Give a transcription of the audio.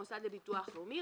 המוסד לביטוח לאומי,